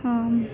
हां